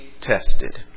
tested